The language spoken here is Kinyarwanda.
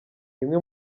imwe